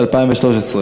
ושלישית.